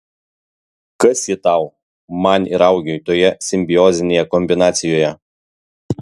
kas ji tau man ir augiui toje simbiozinėje kombinacijoje